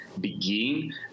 begin